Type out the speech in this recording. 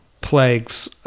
plagues